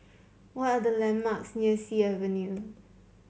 what are the landmarks near Sea Avenue